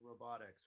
robotics